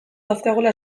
dauzkagula